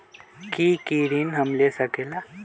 की की ऋण हम ले सकेला?